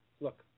Look